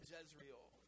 Jezreel